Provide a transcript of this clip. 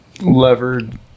levered